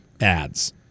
ads